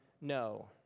no